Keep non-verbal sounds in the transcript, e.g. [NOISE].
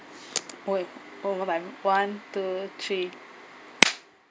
[BREATH] !oi! one two three